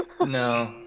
No